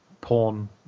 Porn